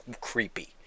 creepy